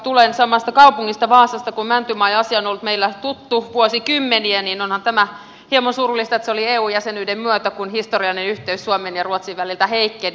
tulen samasta kaupungista vaasasta kuin mäntymaa ja vaikka asia on ollut meillä tuttu vuosikymmeniä niin onhan tämä hieman surullista että se oli eu jäsenyyden myötä kun historiallinen yhteys suomen ja ruotsin väliltä heikkeni